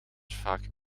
vaak